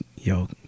yo